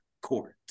court